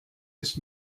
ist